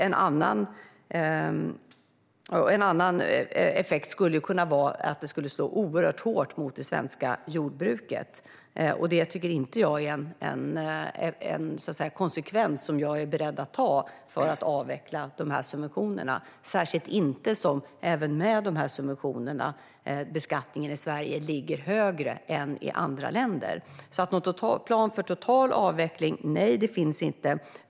En annan effekt skulle kunna vara att det slår oerhört hårt mot det svenska jordbruket, och det är inte en konsekvens jag är beredd att ta för att avveckla dessa subventioner - särskilt inte som beskattningen i Sverige, även med subventionerna, ligger högre än i andra länder. Någon plan för total avveckling finns det alltså inte.